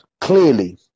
clearly